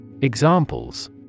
Examples